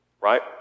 right